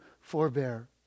forbear